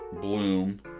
Bloom